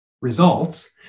results